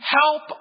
help